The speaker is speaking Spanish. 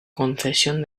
concesión